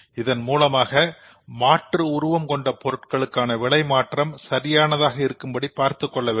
இதன் மூலமாக மாற்று உருவம் கொண்ட பொருட்களுக்கான விலை மாற்றம் சரியானதாக இருக்கும்படி பார்த்துக் கொள்ள வேண்டும்